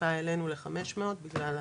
טיפה העלינו ל-500 בגלל העלייה,